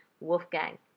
Wolfgang